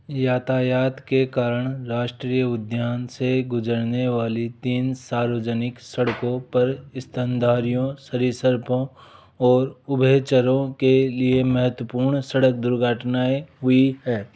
यातायात के कारण राष्ट्रीय उद्यान से गुजरने वाली तीन सार्वजनिक सड़कों पर स्तनधारियों सरीसृपों और उभयचरों के लिए महत्वपूर्ण सड़क दुर्घटनाएँ हुई हैं